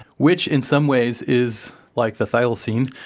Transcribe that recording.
which in some ways is like the thylacine.